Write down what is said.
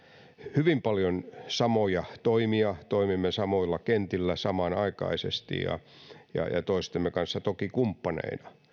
hyvin paljon samoja toimia toimimme samoilla kentillä samanaikaisesti ja ja toistemme kanssa toki kumppaneina